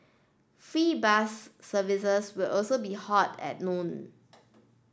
free bus services will also be halted at noon